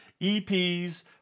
EPs